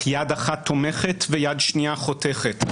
לארץ אך יד אחת תומכת ויד שנייה חותכת.